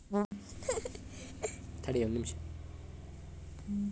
ಸಾರ್ವಭೌಮ ಸಂಪತ್ತ ನಿಧಿಯಿಂದ ದೇಶದ ಆರ್ಥಿಕತೆಗ ನಾಗರೇಕರಿಗ ಉಪಯೋಗ ಆಗತೈತಿ